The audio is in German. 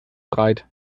breit